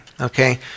okay